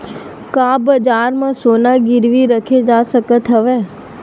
का बजार म सोना गिरवी रखे जा सकत हवय?